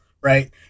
Right